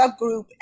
subgroup